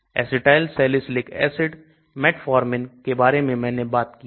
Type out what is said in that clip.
Acetylsalicylic acid metformin के बारे में मैंने बात की है